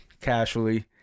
casually